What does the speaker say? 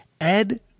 Ed